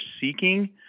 seeking